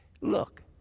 look